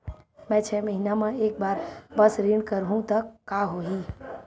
मैं छै महीना म एक बार बस ऋण करहु त का होही?